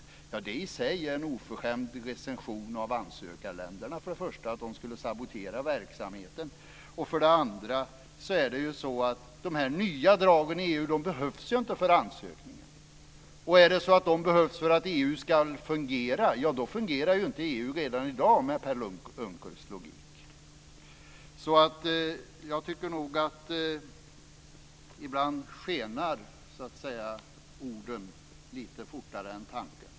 Det är i sig en oförskämd recension av ansökarländerna att de för det första skulle sabotera verksamheten. För det andra behövs inte de nya dragen i EU för ansökning, och om de behövs för att EU ska fungera, då fungerar inte EU heller i dag med Per Unckels logik. Jag tycker att orden ibland skenar lite fortare än tanken.